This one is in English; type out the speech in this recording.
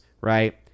right